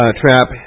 trap